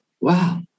Wow